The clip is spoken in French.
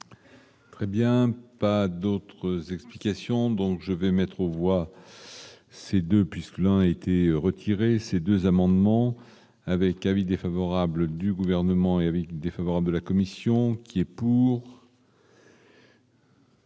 Très bien, pas d'autres explications, donc je vais mettre aux voix. Ces 2 puisque l'on été retiré ces 2 amendements avec avis défavorable du gouvernement, Éric défavorable de la commission qui est pour.